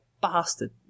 bastard